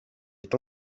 est